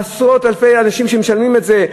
עשרות אלפי אנשים שמשלמים את זה,